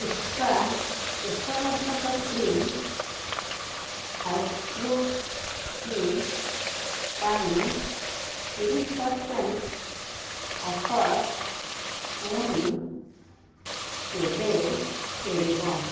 ଉଷ୍ଟ୍ରା କେଶ ବର୍ଦ୍ଧକ cream growth cream ପାଇଁ ତିରିଶ ପରସେଣ୍ଟ ଅଫର୍ ପୁଣି କେବେ ଫେରିବ